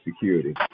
security